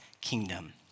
kingdom